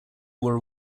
were